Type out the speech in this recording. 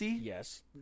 Yes